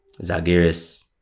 Zagiris